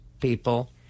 people